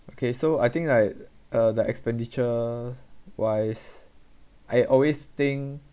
okay so I think like uh the expenditure wise I always think